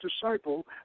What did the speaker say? disciple